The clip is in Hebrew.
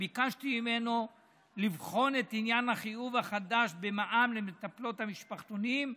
וביקשתי ממנו לבחון את עניין החיוב החדש במע"מ למטפלות המשפחתונים.